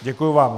Děkuji vám.